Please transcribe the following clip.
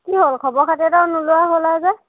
কি হ'ল খবৰ খাতি এটাও নোলোৱা হ'লা যে